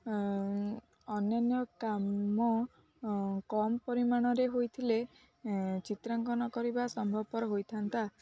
ଅନ୍ୟାନ୍ୟ କାମ କମ୍ ପରିମାଣରେ ହୋଇଥିଲେ ଚିତ୍ରାଙ୍କନ କରିବା ସମ୍ଭବପର ହୋଇଥାନ୍ତା